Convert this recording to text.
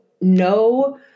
no